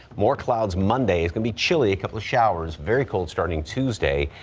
more clouds monday it could be chilly a couple showers very cold starting tuesday.